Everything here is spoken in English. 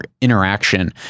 interaction